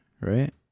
right